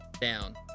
down